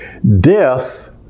Death